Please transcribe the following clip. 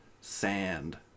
sand